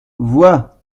vois